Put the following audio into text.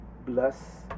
bless